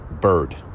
Bird